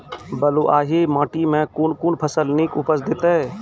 बलूआही माटि मे कून फसल नीक उपज देतै?